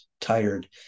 tired